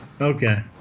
Okay